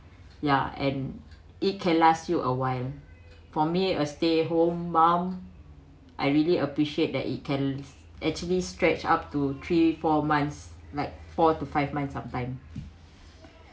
ya and it can last you a while for me a stay home mom I really appreciate that you can actually stretch up to three four months like four to five months sometime